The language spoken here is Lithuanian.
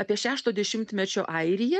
apie šešto dešimtmečio airiją